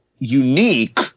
unique